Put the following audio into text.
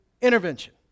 intervention